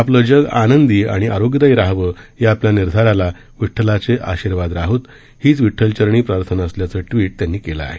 आपले जग आनंदी आणि आरोग्यदायी राहावे या आपल्या निर्धाराला विठ्ठलाचे आशीर्वाद राहोत हीच विठ्ठल चरणी प्रार्थना असल्याचं ट्वीट त्यांनी केलं आहे